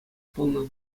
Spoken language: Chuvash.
пулнӑ